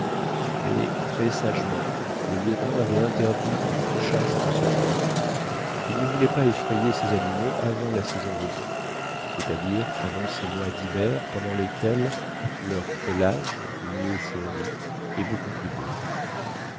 mais très sagement le lieutenant avait interdit toute chasse de ce genre il ne voulait pas effrayer ces animaux avant la saison venue c'est-à-dire avant ces mois d'hiver pendant lesquels leur pelage mieux fourni est beaucoup plus beau